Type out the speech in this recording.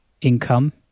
income